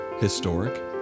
historic